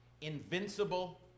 invincible